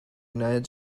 united